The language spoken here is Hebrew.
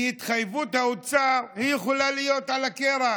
כי התחייבות האוצר, היא יכולה להיות על הקרח.